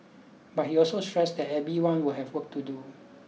but he also stressed that everyone will have work to do